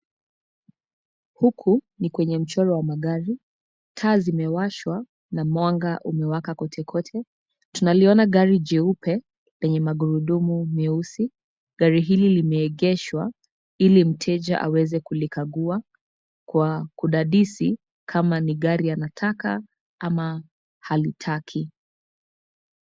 Huku ni kwenye mchujo wa magari. Taa zimewashwa na mwanga umewaka kotekote. Tunaliona gari nyeupe, lenye magurudumu meusi. Gari hili limeegeshwa, ili mteja aweze kulikagua kwa kudadisi kama ni gari anataka ama halitaki.